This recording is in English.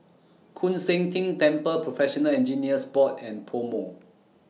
Koon Seng Ting Temple Professional Engineers Board and Pomo